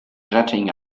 jetting